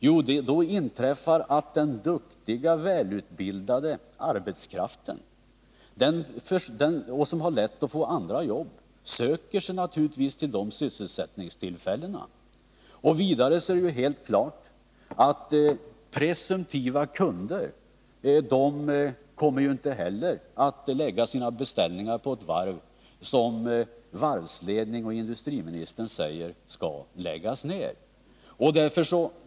Jo, då söker sig naturligtvis den duktiga, välutbildade arbetskraften, som har lätt att få andra jobb, till dessa sysselsättningstillfällen. Vidare kommer inte heller presumtiva kunder att lägga sina beställningar på ett varv som enligt vad varvsledningen och industriministern säger skall läggas ned.